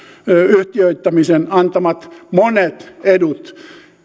yhtiöittämisen antamat monet edut